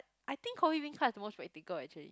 I think coffee-bean card is the most practical actually